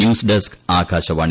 news desk Akashvani